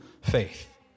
faith